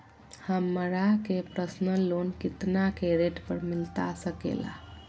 हमरा के personal loan कितना के रेट पर मिलता सके ला?